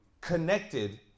connected